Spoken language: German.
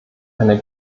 eine